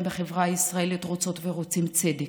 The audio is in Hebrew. בחברה הישראלית רוצות ורוצים צדק,